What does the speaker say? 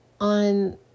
on